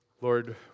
Lord